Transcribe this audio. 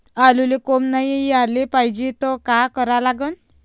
आलूले कोंब नाई याले पायजे त का करा लागन?